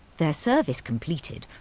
their service completed,